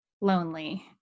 lonely